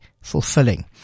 fulfilling